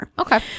okay